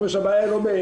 כמו שהבעיה היא לא באילת.